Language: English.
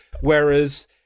Whereas